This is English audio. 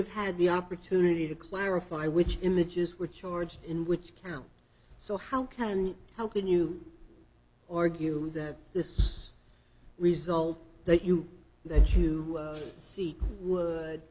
have had the opportunity to clarify which images were charged in which count so how can you how can you or gue that this result that you that you see w